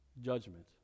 judgment